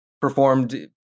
performed